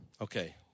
Okay